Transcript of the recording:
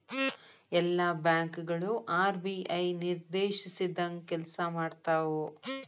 ಎಲ್ಲಾ ಬ್ಯಾಂಕ್ ಗಳು ಆರ್.ಬಿ.ಐ ನಿರ್ದೇಶಿಸಿದಂಗ್ ಕೆಲ್ಸಾಮಾಡ್ತಾವು